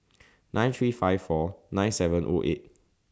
nine three five four nine seven O eight